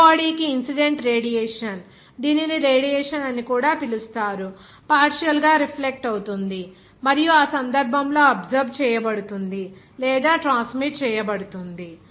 grey body కి incident radiation దీనిని radiation అని కూడా పిలుస్తారు పార్షియల్ గా రిఫ్లెక్ట్ అవుతుంది మరియు ఆ సందర్భంలో అబ్సర్బ్ చేయబడుతుంది లేదా ట్రాన్స్మిట్ చేయబడుతుంది